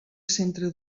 centre